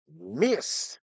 miss